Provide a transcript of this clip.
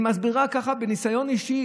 היא מסבירה ואומרת מניסיונה האישי.